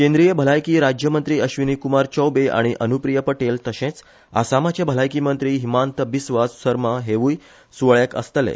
केंद्रीय भलायकी राज्यमंत्री अश्विनी कुमार चौबे आनी अनुप्रिया पटेल तशेच आसामाचे भलायकी मंत्री हिमांत बिस्वा सर्मा हेवूय सुवाळ्याक आसतले